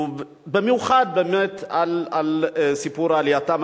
ובמיוחד, באמת, על סיפור עלייתם.